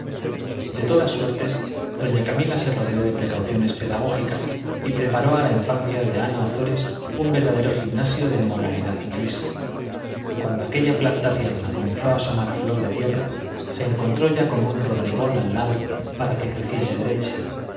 de todas suertes doña camila se rodeó de precauciones pedagógicas y preparó a la infancia de ana ozores un verdadero gimnasio de moralidad inglesa cuando aquella planta tierna comenzó a asomar a flor de tierra se encontró ya con un rodrigón al lado para que creciese derecha